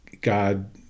god